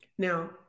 Now